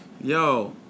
Yo